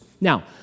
Now